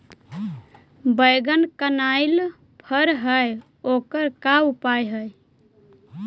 बैगन कनाइल फर है ओकर का उपाय है?